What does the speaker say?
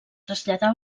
traslladà